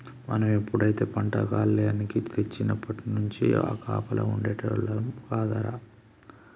మనం ఎప్పుడైతే పంట కల్లేనికి తెచ్చినప్పట్నుంచి కాపలా ఉండేటోల్లం కదరా